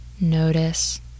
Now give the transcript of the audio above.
Notice